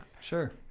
Sure